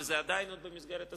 אבל הם עדיין במסגרת הסביר.